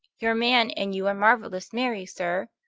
your man and you are marvellous merry, sir.